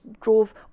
drove